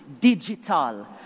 digital